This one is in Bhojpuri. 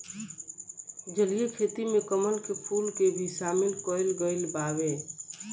जलीय खेती में कमल के फूल के भी शामिल कईल गइल बावे